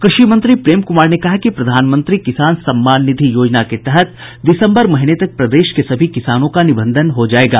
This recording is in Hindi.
कृषि मंत्री प्रेम क्मार ने कहा है कि प्रधानमंत्री किसान सम्मान निधि योजना के तहत दिसम्बर महीने तक प्रदेश के सभी किसानों का निबंधन हो जायेगा